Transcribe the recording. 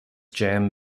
jam